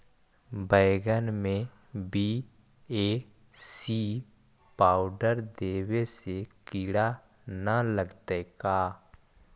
बैगन में बी.ए.सी पाउडर देबे से किड़ा न लगतै का?